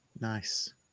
nice